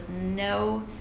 no